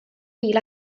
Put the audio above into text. fil